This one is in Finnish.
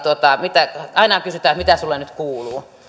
ja aina kysytään että mitä sinulle nyt kuuluu